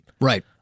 right